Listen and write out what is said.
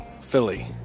Philly